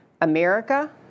America